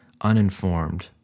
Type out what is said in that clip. uninformed